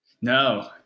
no